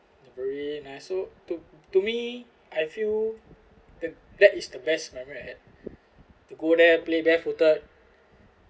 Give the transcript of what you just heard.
they very nice so to to me I feel that that is the best memory I had to go there play barefooted